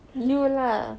you lah